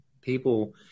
People